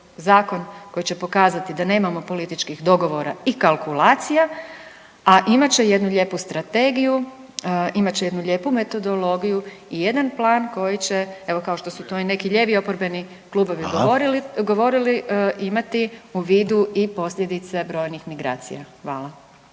zakon koji će pokazati da nemamo političkih dogovora i kalkulacija, a imat će jednu lijepu strategiju, imat će jednu lijepu metodologiju i jedan plan koji će, evo, kao što su to i neki lijevi oporbeni klubovi govorili .../Upadica: Hvala./... imati u vidu i posljedice brojnih migracija. Hvala.